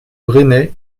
bresnay